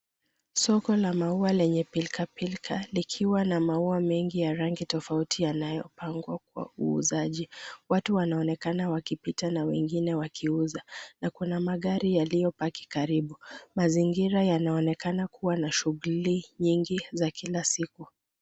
Soko la maua lenye pilkapilka likiwa na maua mengi ya rangi tofauti yanayopangwa kwa uuzaji, watu wanaonekana wakipita na wengine wakuza na kuna magari yaliyopaki karibu, mazingira yanaonekana kuwa na shuguli nyingi za kila siku.